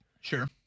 Sure